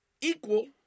equal